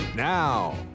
Now